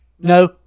No